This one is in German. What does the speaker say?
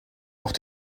auch